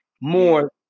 more